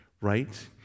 right